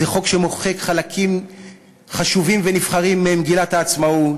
זה חוק שמוחק חלקים חשובים ונבחרים ממגילת העצמאות,